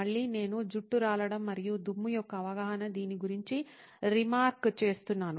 మళ్ళీ నేను జుట్టు రాలడం మరియు దుమ్ము యొక్క అవగాహనగా దీని గురించి రీమార్క్ చేస్తున్నాను